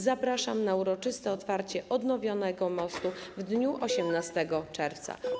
Zapraszam na uroczyste otwarcie odnowionego mostu w dniu 18 czerwca.